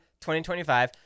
2025